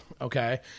Okay